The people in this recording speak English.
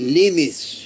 limits